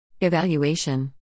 Evaluation